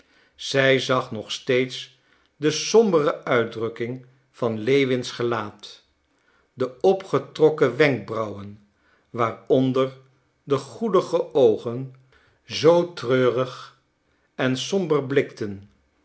zij zag nog steeds de sombere uitdrukking van lewins gelaat de opgetrokken wenkbrauwen waaronder de goedige oogen zoo treurig en somber blikten